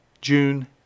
June